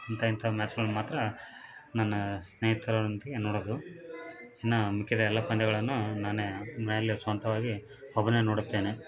ಅಂಥ ಇಂಥ ಮ್ಯಾಚ್ಗಳನ್ನು ಮಾತ್ರ ನನ್ನ ಸ್ನೇಹಿತರೊಂದಿಗೆ ನೋಡೋದು ಇನ್ನು ಮಿಕ್ಕಿದ ಎಲ್ಲ ಪಂದ್ಯಗಳನ್ನು ನಾನೇ ಮನೆಯಲ್ಲಿ ಸ್ವಂತವಾಗಿ ಒಬ್ಬನೇ ನೋಡುತ್ತೇನೆ